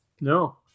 No